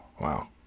wow